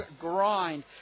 grind